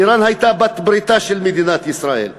איראן הייתה בעלת בריתה של מדינת ישראל,